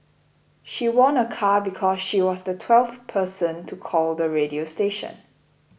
she won a car because she was the twelfth person to call the radio station